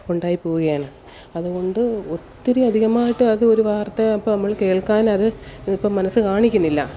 ഉണ്ടായിപ്പോകുകയാണ് അതുകൊണ്ട് ഒത്തിരി അധികമായിട്ട് അത് ഒരു വാർത്ത ഇപ്പം നമ്മൾ കേൾക്കാനത് ഇപ്പം മനസ്സ് കാണിക്കുന്നില്ല